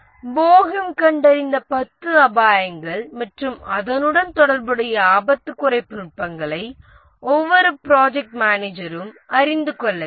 Boehm கண்டறிந்த 10 அபாயங்கள் மற்றும் அதனுடன் தொடர்புடைய ஆபத்து குறைப்பு நுட்பங்களை ஒவ்வொரு ப்ராஜெக்ட் மேனேஜரும் அறிந்து கொள்ள வேண்டும்